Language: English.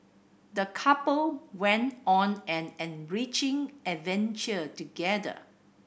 the couple went on an enriching adventure together